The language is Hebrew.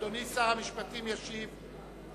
אדוני, שר המשפטים, ישיב,